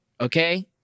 okay